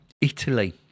Italy